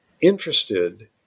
interested